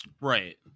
Right